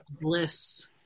bliss